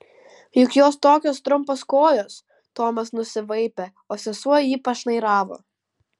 juk jos tokios trumpos kojos tomas nusivaipė o sesuo į jį pašnairavo